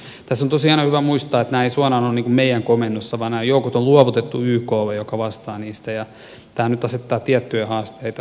tässä on tosin aina hyvä muistaa että nämä eivät suoraan ole meidän komennossa vaan nämä joukot on luovutettu yklle joka vastaa niistä ja tämä nyt asettaa tiettyjä haasteita